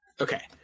Okay